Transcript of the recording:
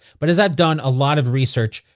but as i've done a lot of research,